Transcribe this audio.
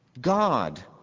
God